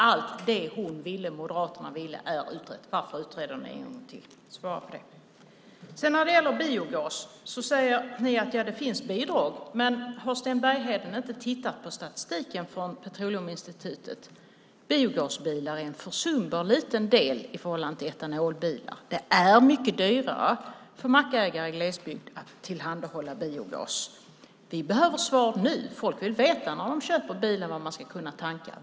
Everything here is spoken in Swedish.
Allt det hon och Moderaterna ville är utrett. Varför utreder ni det en gång till? Svara på det! När det gäller biogas säger ni att det finns bidrag. Men har Sten Bergheden inte tittat på statistiken från Petroleuminstitutet? Biogasbilar är en försumbart liten del i förhållande till etanolbilar. Det är mycket dyrare för mackägare i glesbygd att tillhandahålla biogas. Vi behöver svar nu. Folk vill veta var de ska kunna tanka när de köper bilar.